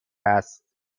است